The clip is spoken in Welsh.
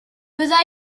bydda